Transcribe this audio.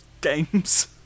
games